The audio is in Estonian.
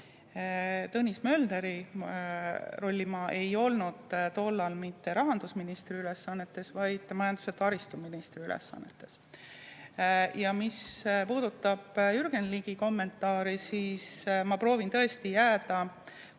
Tõnis Möldrile ütlen, et ma ei olnud tollal mitte rahandusministri ülesannetes, vaid majandus- ja taristuministri ülesannetes. Mis puudutab Jürgen Ligi kommentaari, siis ma proovin tõesti jääda